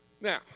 Now